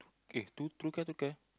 eh True Care True Care